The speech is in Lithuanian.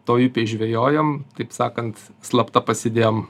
toj upėj žvejojom taip sakant slapta pasidėjom